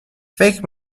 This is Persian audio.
فکر